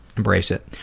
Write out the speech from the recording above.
embrace it.